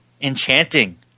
enchanting